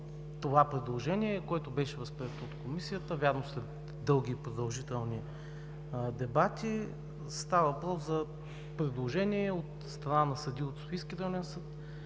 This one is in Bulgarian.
това предложение, което беше възприето от Комисията – вярно, след дълги и продължителни дебати. Става въпрос за предложение от страна на съдии от Софийския районен съд,